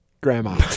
Grandma